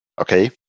Okay